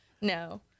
No